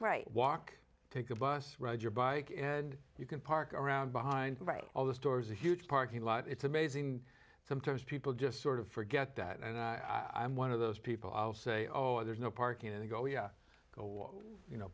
right walk take a bus ride your bike and you can park around behind all the stores a huge parking lot it's amazing sometimes people just sort of forget that and i'm one of those people i'll say oh there's no parking and i go yeah go you know